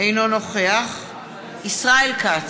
אינו נוכח ישראל כץ,